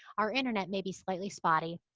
our internet may be slightly spotty.